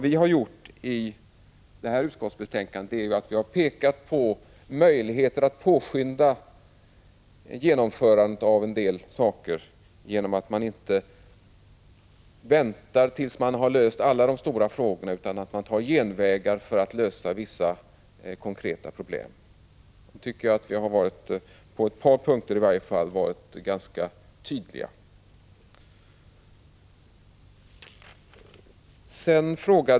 Vi har i det här utskottsbetänkandet visat på möjligheter som finns att påskynda genomförandet av en del saker. Vi kan ta genvägar för att lösa vissa konkreta problem. Jag tycker att vi där, i varje fall på ett par punkter, har varit ganska tydliga.